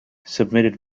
submitted